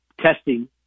testing